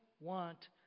want